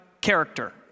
character